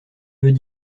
veut